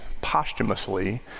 posthumously